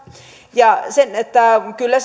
ja että kyllä